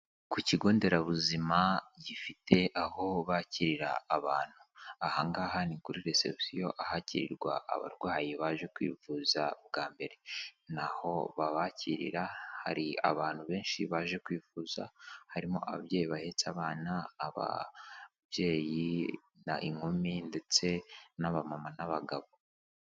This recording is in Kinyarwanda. Ku kigo nderabuzima gifite aho bakirira abantu. Aha ngaha ni kuri reception ahakirirwa abarwayi baje kwivuza bwa mbere. Ni aho babakirira, hari abantu benshi baje kwivuza, harimo ababyeyi bahetse abana, ababyeyi, inkumi ndetse n'abamama n'abagabo.